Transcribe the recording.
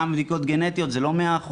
גם בדיקות גנטיות זה לא 100%,